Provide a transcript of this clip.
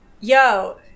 yo